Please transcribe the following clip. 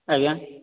ଆଜ୍ଞା